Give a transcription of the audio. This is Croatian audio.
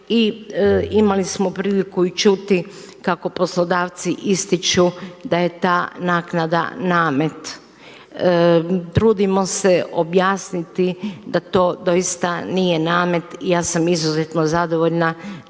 I imali smo priliku i čuti kako poslodavci ističu da je ta naknada namet. Trudimo se objasniti da to doista nije namet. Ja sam izuzetno zadovoljna